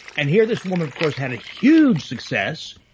and here, this woman, of course, had a huge success,